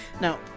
Now